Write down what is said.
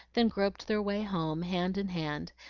then groped their way home hand in hand,